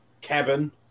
cabin